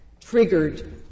triggered